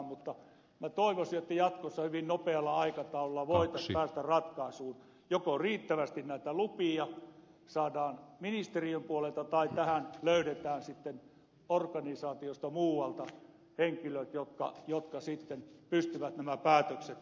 mutta minä toivoisin että jatkossa hyvin nopealla aikataululla voitaisiin päästä ratkaisuun joko riittävästi näitä lupia saadaan ministeriön puolelta tai tähän löydetään sitten organisaatiosta muualta henkilöt jotka sitten pystyvät nämä päätökset tekemään